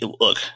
look